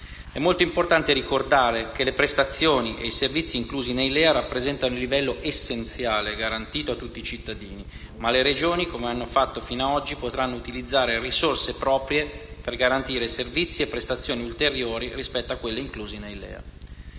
È molto importante ricordare che le prestazioni e i servizi inclusi nei LEA rappresentano il livello essenziale garantito a tutti i cittadini, ma le Regioni, come hanno fatto fino a oggi, potranno utilizzare risorse proprie per garantire servizi e prestazioni ulteriori rispetto a quelli inclusi nei LEA.